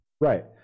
right